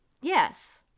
yes